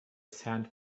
sand